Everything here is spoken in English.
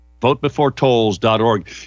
VoteBeforetolls.org